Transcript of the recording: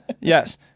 Yes